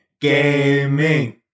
gaming